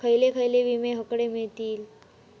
खयले खयले विमे हकडे मिळतीत?